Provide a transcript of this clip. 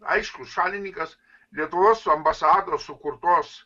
aišku šalininkas lietuvos ambasados sukurtos